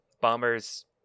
Bomber's